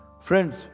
Friends